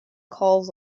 calls